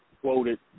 quoted